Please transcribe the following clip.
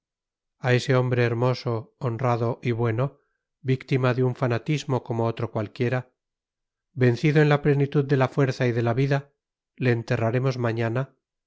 a ese hombre hermoso honrado y bueno víctima de un fanatismo como otro cualquiera vencido en la plenitud de la fuerza y de la vida le enterraremos mañana